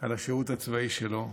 על השירות הצבאי שלו,